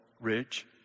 rich